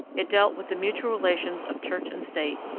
it dealt with the mutual relations of church and state,